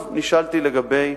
נשאלתי לגבי